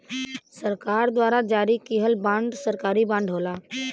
सरकार द्वारा जारी किहल बांड सरकारी बांड होला